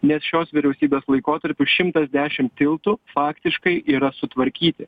nes šios vyriausybės laikotarpiu šimtas dešim tiltų faktiškai yra sutvarkyti